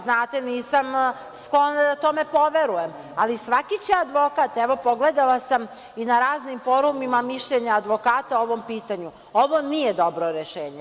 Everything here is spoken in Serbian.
Znate, nisam sklona da to poverujem, ali svaki će advokat, evo, pogledala sam i na raznim forumima mišljenja advokata o ovom pitanju - ovo nije dobro rešenje.